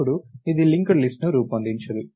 ఇప్పుడు ఇది linked list ను రూపొందించదు